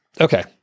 okay